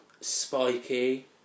spiky